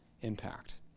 impact